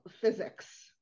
physics